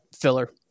filler